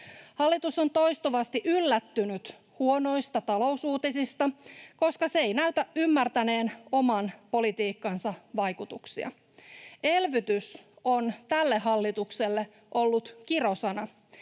Hallitus on toistuvasti yllättynyt huonoista talousuutisista, koska se ei näytä ymmärtäneen oman politiikkansa vaikutuksia. Elvytys on tälle hallitukselle ollut kirosana,